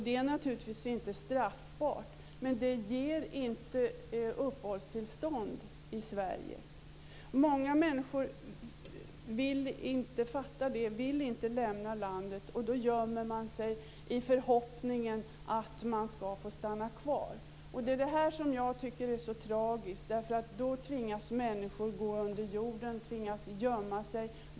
Detta är naturligtvis inte straffbart, men det ger inte uppehållstillstånd i Sverige. Många människor vill inte fatta detta, och de vill inte lämna landet. De gömmer sig i förhoppning om att få stanna kvar. Det är det här som jag tycker är så tragiskt. Människor tvingas gå under jorden och gömma sig.